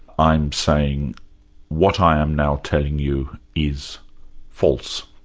i'm saying what i am now telling you is false,